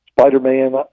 Spider-Man